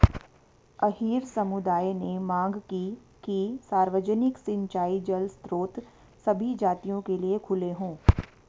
अहीर समुदाय ने मांग की कि सार्वजनिक सिंचाई जल स्रोत सभी जातियों के लिए खुले हों